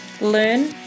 Learn